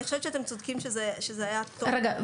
אני חושבת שאתם צודקים שזה היה טוב --- רגע,